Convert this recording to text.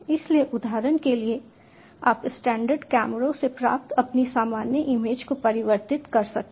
इसलिए उदाहरण के लिए आप स्टैंडर्ड कैमरों से प्राप्त अपनी सामान्य इमेज को परिवर्तित कर सकते हैं